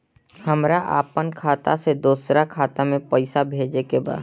हमरा आपन खाता से दोसरा खाता में पइसा भेजे के बा